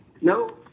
No